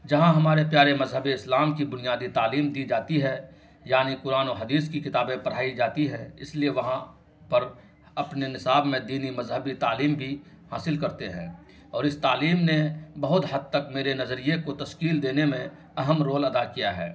جہاں ہمارے پیارے مذہب اسلام کی بنیادی تعلیم دی جاتی ہے یعنی قرآن و حدیث کی کتابیں پڑھائی جاتی ہے اس لیے وہاں پر اپنے نصاب میں دینی مذہبی تعلیم بھی حاصل کرتے ہیں اور اس تعلیم نے بہت حد تک میرے نظریے کو تشکیل دینے میں اہم رول ادا کیا ہے